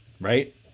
Right